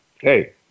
Hey